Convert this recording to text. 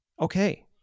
Okay